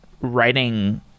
writing